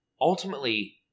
ultimately